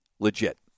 Legit